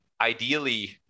ideally